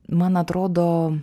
man atrodo